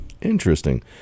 Interesting